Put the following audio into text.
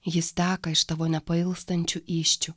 jis teka iš tavo nepailstančių įsčių